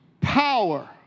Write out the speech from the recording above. power